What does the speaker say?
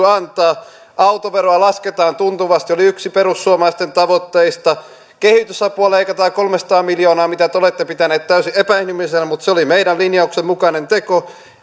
antaa autoveroa lasketaan tuntuvasti oli yksi perussuomalaisten tavoitteista kehitysapua leikataan kolmesataa miljoonaa mitä te olette pitäneet täysin epäinhimillisenä mutta se oli meidän linjauksen mukainen teko